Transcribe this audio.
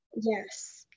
Yes